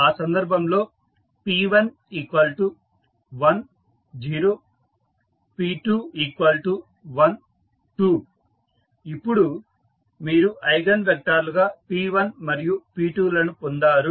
ఆ సందర్భంలో p11 0 p21 2 ఇప్పుడు మీరు ఐగన్ వెక్టార్ లుగా p1 మరియు p2లను పొందారు